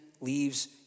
leaves